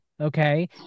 Okay